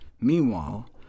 Meanwhile